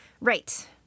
Right